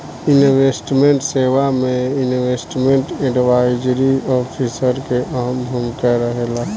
investment सेवा में investment advisory officer के अहम भूमिका रहेला